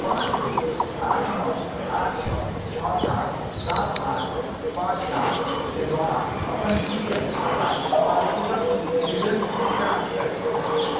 पाँच दो आठ नओ आठ छओ छओ सात सात आठ पाँच सात के द्वारा अपन पी एफ खाताक पासबुकक विवरण प्राप्त करय चाहैत छी